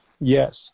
Yes